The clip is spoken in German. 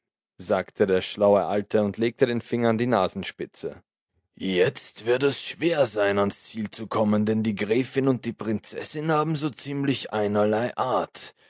sagte der schlaue alte und legte den finger an die nasenspitze jetzt wird es schwer sein ans ziel zu kommen denn die gräfin und die prinzessin haben so ziemlich einerlei art